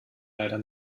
leider